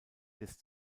des